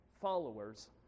followers